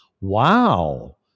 Wow